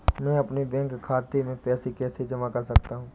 मैं अपने बैंक खाते में पैसे कैसे जमा कर सकता हूँ?